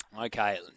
Okay